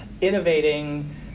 innovating